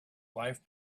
life